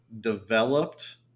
developed